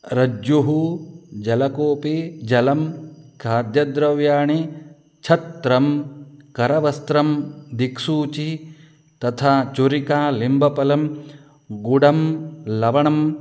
रज्जुः जलकूपी जलं खाद्यद्रव्याणि छत्रं करवस्त्रं दिग्सूची तथा छुरिका निम्बफलं गुडं लवणं